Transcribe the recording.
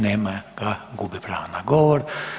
Nema ga, gubi pravo na govor.